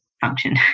function